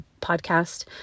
podcast